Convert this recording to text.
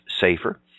safer